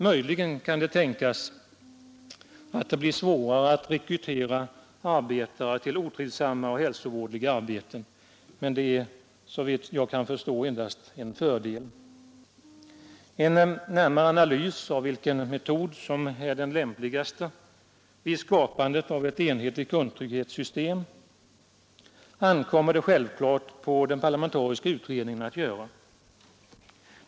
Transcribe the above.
Möjligen kan det tänkas bli svårare att rekrytera arbetare till otrivsamma och hälsovådliga arbeten, vilket närmast bör ses som en fördel, såvitt jag kan förstå. En närmare analys av vilken metod som är den lämpligaste vid skapandet av ett enhetligt grundtrygghetssystem ankommer det självklart på den parlamentariska utredningen att göra.